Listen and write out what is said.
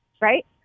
right